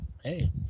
hey